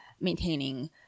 maintaining